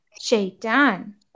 Shaitan